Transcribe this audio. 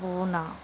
Bhuvana